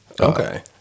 Okay